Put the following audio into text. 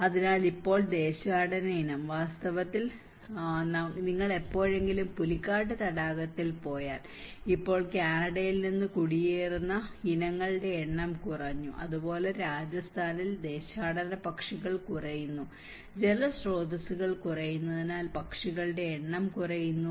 അതിനാൽ ഇപ്പോൾ ദേശാടന ഇനം വാസ്തവത്തിൽ നിങ്ങൾ എപ്പോഴെങ്കിലും പുലിക്കാട്ട് തടാകത്തിൽ പോയാൽ ഇപ്പോൾ കാനഡയിൽ നിന്ന് കുടിയേറുന്ന ഇനങ്ങളുടെ എണ്ണം കുറഞ്ഞു അതുപോലെ രാജസ്ഥാനിൽ ദേശാടന പക്ഷികൾ കുറയുന്നു ജലസ്രോതസ്സുകൾ കുറയുന്നതിനാൽ പക്ഷികളുടെ എണ്ണം കുറയുന്നു